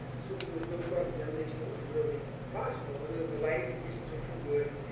so there was no cross-examination that was really possible, other than the lighting conditions which were good,